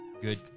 good